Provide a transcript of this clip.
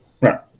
right